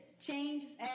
changes